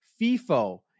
FIFO